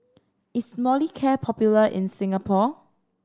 is Molicare popular in Singapore